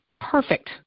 Perfect